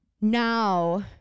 now